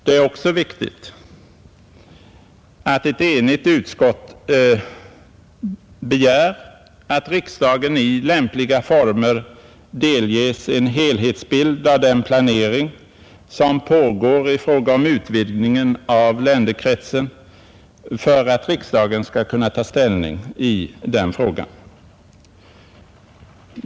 Det är också viktigt att ett enigt utskott begär att riksdagen i lämpliga former delges en helhetsbild av den planering som pågår i fråga om utvidgningen av länderkretsen för att riksdagen skall kunna ta ställning i den frågan.